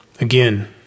Again